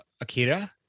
Akira